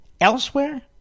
Elsewhere